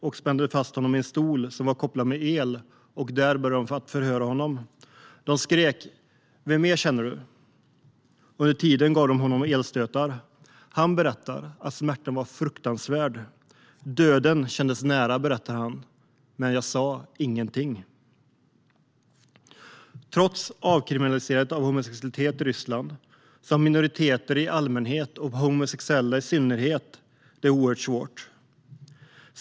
De spände fast honom i en stol som var kopplad till el och började förhöra honom. De skrek: Vem mer känner du? Under tiden gav de honom elstötar. Smärtan var fruktansvärd. Döden kändes nära, berättar Maksim, men jag sa ingenting. Trots avkriminaliseringen av homosexualitet i Ryssland har homosexuella det oerhört svårt.